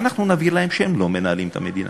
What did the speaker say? ואנחנו נבהיר להם שהם לא מנהלים את המדינה.